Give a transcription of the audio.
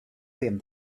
him